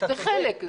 זה חלק.